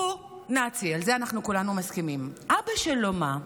הוא נאצי, על זה אנחנו כולנו מסכימים, אבא שלו מה?